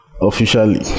officially